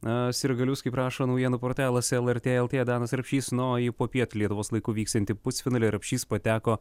a sirgalius kaip rašo naujienų portalas lrt lt danas rapšys na o į popiet lietuvos laiku vyksiantį pusfinalį rapšys pateko